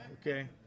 okay